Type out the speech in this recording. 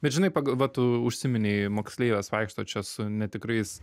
bet žinai pagal va tu užsiminei moksleives vaikštančias su netikrais